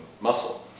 muscle